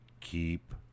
keep